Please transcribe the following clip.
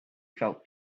felt